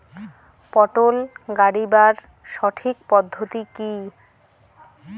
পটল গারিবার সঠিক পদ্ধতি কি?